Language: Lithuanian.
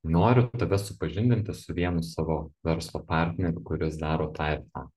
noriu tave supažindinti su vienu savo verslo partneriu kuris daro tą ir tą